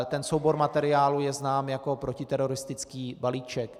Ten soubor materiálů je znám jako protiteroristický balíček.